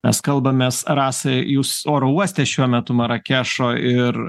mes kalbamės rasa jūs oro uoste šiuo metu marakešo ir